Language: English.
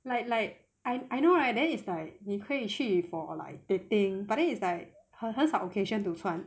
like like I I know right then it's like 你可以去 for like dating but then it's like 很很少 occasion to 穿